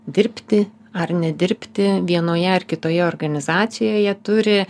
dirbti ar nedirbti vienoje ar kitoje organizacijoje turi